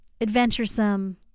adventuresome